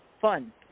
fun